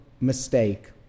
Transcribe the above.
mistake